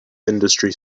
industry